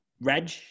Reg